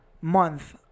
month